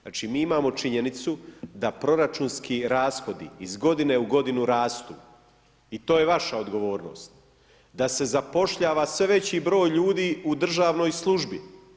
Znači, mi imamo činjenicu da proračunski rashodi iz godine u godinu rastu i to je vaša odgovornost, da se zapošljava sve veći broj ljudi u državnoj službi.